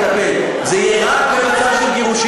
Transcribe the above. והיא תעשה את מה שאמרנו מההתחלה.